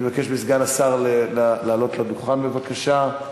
אני מבקש מסגן השר לעלות לדוכן, בבקשה.